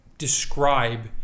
describe